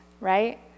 right